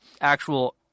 actual